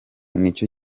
nicyo